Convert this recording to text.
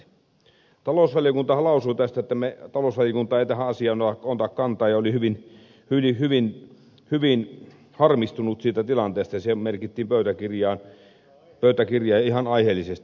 talousvaliokuntahan lausui tästä että talousvaliokunta ei tähän asiaan ota kantaa ja oli hyvin harmistunut siitä tilanteesta ja se merkittiin pöytäkirjaan ihan aiheellisesti